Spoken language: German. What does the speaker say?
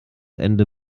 ende